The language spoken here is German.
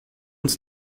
uns